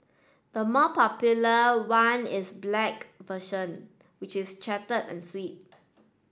the more popular one is black version which is charted and sweet